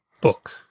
book